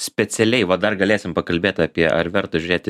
specialiai va dar galėsim pakalbėt apie ar verta žiūrėti